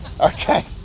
Okay